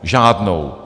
Žádnou.